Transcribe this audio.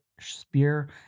spear